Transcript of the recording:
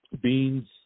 beans